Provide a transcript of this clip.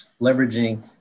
leveraging